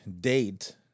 date